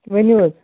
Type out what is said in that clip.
ؤنِو حظ